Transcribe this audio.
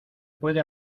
puede